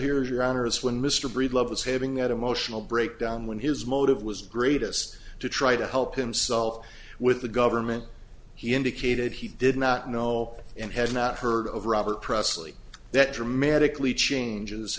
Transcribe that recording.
here your honor is when mr breedlove was having that emotional breakdown when his motive was greatest to try to help himself with the government he indicated he did not know and had not heard of robert presley that dramatically changes